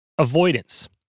Avoidance